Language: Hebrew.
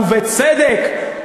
ובצדק,